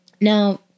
Now